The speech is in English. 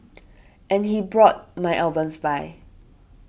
and he brought my albums by